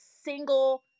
single